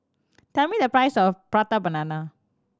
tell me the price of Prata Banana